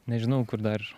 nežinau kur dar